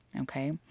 Okay